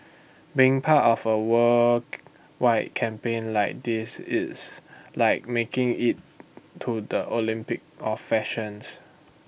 being part of A world wide campaign like this it's like making IT to the Olympics of fashions